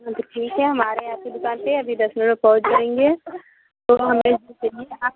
अच्छा ठीक है हम आ रहे हैं आपकी दुकान पर अभी दस मिनट में पहुँच जाएँगे